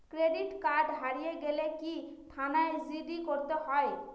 Credit card হারিয়ে গেলে কি থানায় জি.ডি করতে হয়?